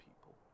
people